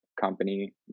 company